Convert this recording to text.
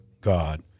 God